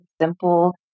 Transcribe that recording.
simple